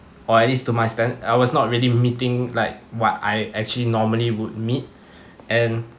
or at least to my stand~ I was not really meeting like what I actually normally would meet and